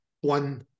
one